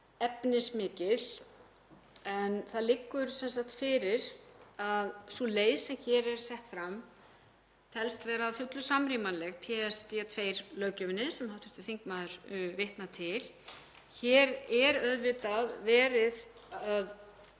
efnismikil en það liggur sem sagt fyrir að sú leið sem hér er sett fram telst vera að fullu samrýmanleg PSD2-löggjöfinni sem hv. þingmaður vitnar til. Leiðin sem hér er verið að